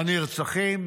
הנרצחים,